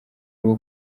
rwo